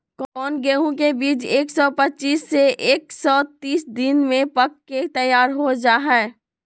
कौन गेंहू के बीज एक सौ पच्चीस से एक सौ तीस दिन में पक के तैयार हो जा हाय?